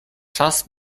czas